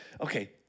Okay